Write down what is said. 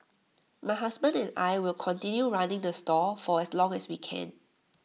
my husband and I will continue running the stall for as long as we can